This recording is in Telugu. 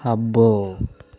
అబ్బో